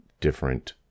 different